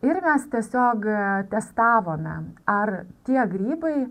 ir mes tiesiog testavome ar tie grybai